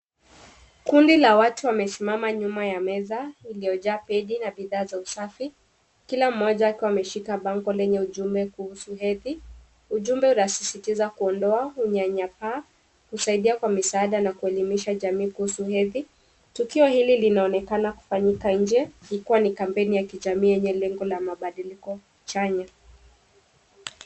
Kuninla watu wamesimama nyuma ya meza iliyojaa begi na bidhaa za usafi. Kila mmoja akiwa ameshika bango lenye ujumbe kuhusu hedhi ujumbe unasisitiza kuondoa unyanyapaa husaidia kwa misaada na kuelimisha jamii kuhusu hedhi. Tukio hili linaonekana kufanyika inje ikiwa ni kampeni ya jamii yenye lengo la mabadiliko chanya.